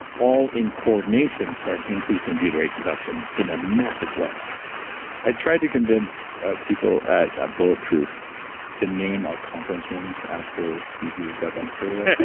all in coordination start increasing the butyrate production in a massive way i tried to convince people at ah bulletproof to name our conference rooms after species of gut bacteria,